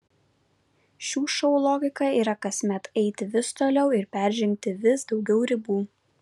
šių šou logika yra kasmet eiti vis toliau ir peržengti vis daugiau ribų